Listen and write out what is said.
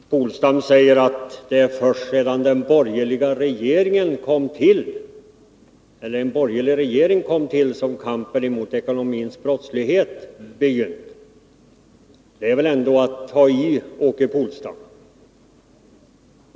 Åke Polstam säger att det är först sedan en borgerlig regering kom till som kampen mot ekonomisk brottslighet begynt. Det är väl ändå att ta i, Åke Polstam.